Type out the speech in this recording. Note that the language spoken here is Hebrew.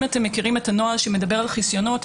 אם אתם מכירים את הנוהל שמדבר על חסיונות,